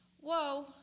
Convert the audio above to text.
Whoa